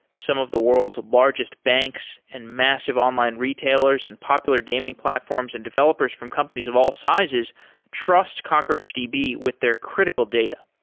some of the world's largest banks and massive online retailers and popular gaming platforms and developers from companies of all sizes trust cockroachdb cockroachdb with their critical data.